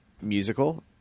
musical